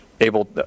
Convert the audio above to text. able